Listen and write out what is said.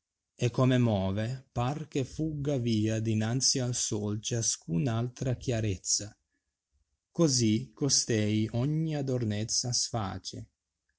e bella sia come move par che fugga via dinanzi al sol ciascun altra chiarezza cosi costei ogni adornezza sface